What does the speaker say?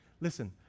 listen